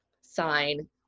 sign